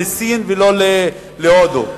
לתמוך בו ולא להעביר אותו לסין ולא להודו.